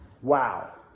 Wow